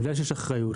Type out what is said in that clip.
אני יודע שיש אחריות,